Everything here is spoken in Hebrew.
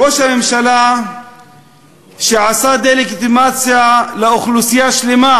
ראש הממשלה שעשה דה-לגיטימציה לאוכלוסייה שלמה,